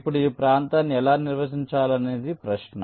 ఇప్పుడు ఈ ప్రాంతాన్ని ఎలా నిర్వచించాలనేది ప్రశ్న